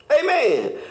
Amen